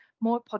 more